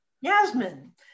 Yasmin